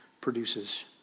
produces